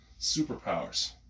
superpowers